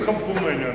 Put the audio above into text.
אל תתחמקו ממני.